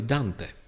Dante